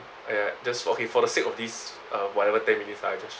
!aiya! just okay for the sake of this uh whatever ten minutes I just